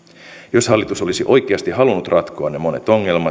jos hallitus olisi oikeasti halunnut ratkoa ne monet ongelmat